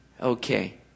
okay